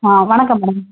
ஆ வணக்கம்ங்க